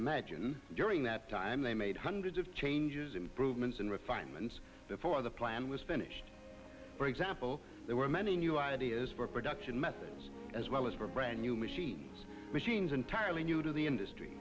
imagine during that time they made hundreds of changes improvements and refinements before the plan was finished for example there were many new ideas for production methods as well as for brand new machines machines entirely new to the industry